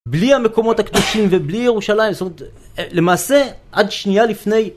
בלי המקומות הקדושים ובלי ירושלים. זאת אומרת - למעשה עד שנייה לפני